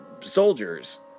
soldiers